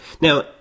Now